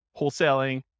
wholesaling